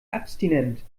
abstinent